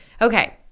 Okay